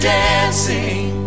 dancing